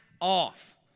off